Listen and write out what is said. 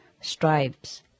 stripes